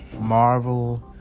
Marvel